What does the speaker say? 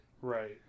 Right